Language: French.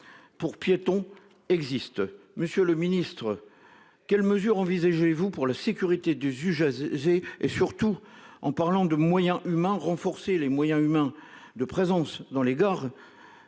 Pour piétons existe. Monsieur le ministre. Quelles mesures envisagez-vous pour la sécurité du sujet j'ai et, surtout, en parlant de moyens humains, renforcer les moyens humains de présence dans les gares.